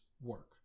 work